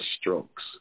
strokes